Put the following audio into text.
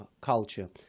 culture